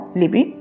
libi